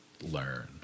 learn